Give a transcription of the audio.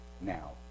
now